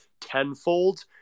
tenfold